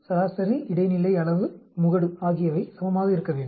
சராசரி இடைநிலை அளவு முகடு ஆகியவை சமமாக இருக்க வேண்டும்